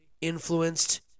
influenced